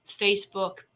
Facebook